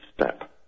step